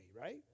right